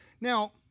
Now